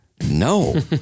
No